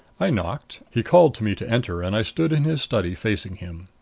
i knocked. he called to me to enter and i stood in his study, facing him.